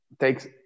takes